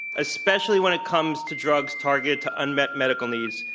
especially when it comes to drugs targeted to unmet medical needs.